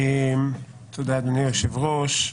תודה, אדוני היושב ראש.